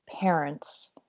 parents